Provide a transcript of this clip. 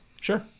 sure